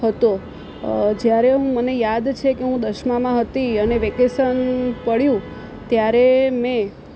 હતો જ્યારે હું મને યાદ છે કે દસમામાં હતી અને વેકેશન પડ્યું ત્યારે મેં